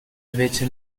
invece